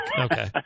Okay